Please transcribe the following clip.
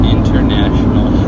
International